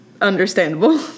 understandable